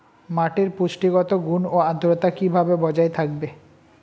মাটির পুষ্টিগত গুণ ও আদ্রতা কিভাবে বজায় থাকবে?